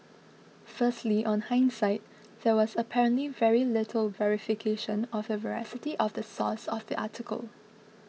firstly on hindsight there was apparently very little verification of the veracity of the source of the article